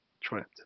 trapped